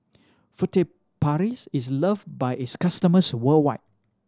Furtere Paris is loved by its customers worldwide